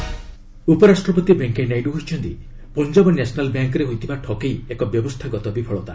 Naidu PNB ଉପରାଷ୍ଟ୍ରପତି ଭେଙ୍କିୟା ନାଇଡୁ କହିଛନ୍ତି Punjab national ବ୍ୟାଙ୍କ୍ରେ ହୋଇଥିବା ଠକେଇ ଏକ ବ୍ୟବସ୍ଥାଗତ ବିଫଳତା